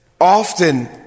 Often